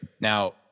Now